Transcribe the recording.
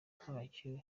ntacyo